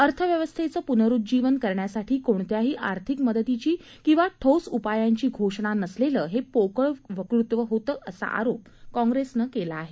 अर्थव्यवस्थेचं पुनरुज्जीवन करण्यासाठी कोणत्याही आर्थिक मदतीची किंवा ठोस उपायांची घोषणा नसलेलं हे पोकळ वक्तृत्व होतं असा आरोप काँग्रेसनं केला आहे